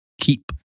keep